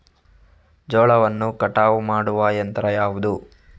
ಜೋಳವನ್ನು ಕಟಾವು ಮಾಡುವ ಯಂತ್ರ ಯಾವುದು?